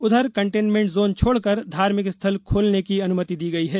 उधर containment zone छोड़कर धार्मिक स्थल खोलने की अनुमति दी गई है